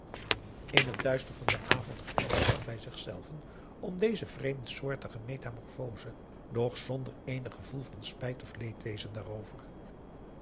in het duister van den avond glimlachend bij zichzelven om deze vreemdsoortige metamorphose doch zonder eenig gevoel van spijt of leedwezen daarover